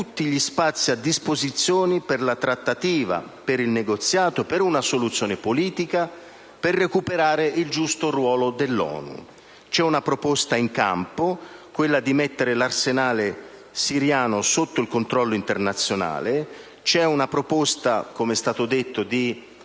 tutti gli spazi a disposizione per la trattativa, per il negoziato, per una soluzione politica e per recuperare il giusto ruolo dell'ONU. C'è una proposta in campo, che è quella di mettere l'arsenale siriano sotto il controllo internazionale. Come è stato detto,